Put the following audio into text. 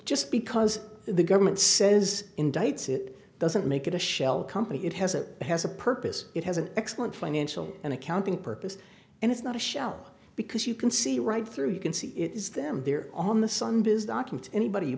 just because the government says indicts it doesn't make it a shell company it has it has a purpose it has an excellent financial and accounting purpose and it's not a shell because you can see right through you can see it is them there on the sun